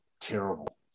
terrible